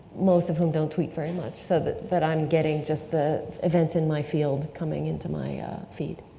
most of whom don't tweet very much, so that that i'm getting just the events in my field coming into my feed.